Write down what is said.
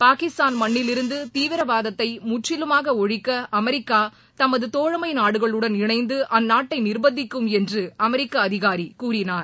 பாகிஸ்தான் மண்ணில் இருந்து தீவிரவாதத்தை முற்றிலுமாக ஒழிக்க அமெிக்கா தமது தோழமை நாடுகளுடன் இணைந்து அந்நாட்டை நிர்பந்திக்கும் என்று அமெரிக்க அதிகாரி கூறினார்